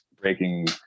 breaking